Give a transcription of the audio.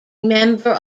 member